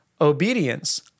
Obedience